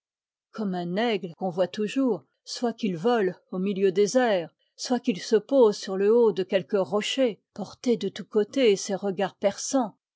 comme un aigle qu'on voit toujours soit qu'il vole au milieu des airs soit qu'il se pose sur le haut de quelque rocher porter de tous côtés ses regards perçants